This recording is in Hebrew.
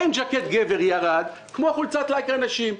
האם ג'קט לגבר מחירו ירד כמו חולצת לייקרה לנשים.